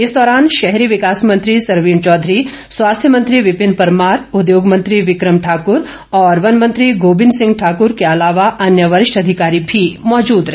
इस दौरान शहरी विकास मंत्री सरवीण चौधरी स्वास्थ्य मंत्री विपिन परमार उद्योग मंत्री बिक्रम ठाक्र और वन मंत्री गोबिंद सिंह ठाकर के अलावा अन्य वरिष्ठ अधिकारी भी मौजूद रहे